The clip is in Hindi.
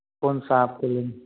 कौन सा आपके